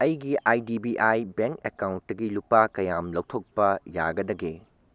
ꯑꯩꯒꯤ I D B I bank ꯑꯦꯀꯥꯎꯟꯇꯒꯤ ꯂꯨꯄꯥ ꯀꯌꯥꯝ ꯂꯧꯊꯣꯛꯄ ꯌꯥꯒꯗꯒꯦ